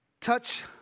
touch